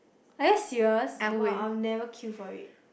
are you serious [wah] I will never queue for it